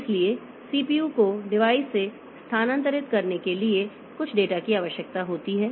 इसलिए CPU को device से स्थानांतरित करने के लिए कुछ डेटा की आवश्यकता होती है